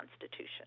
constitution